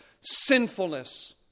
sinfulness